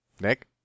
Nick